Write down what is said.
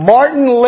Martin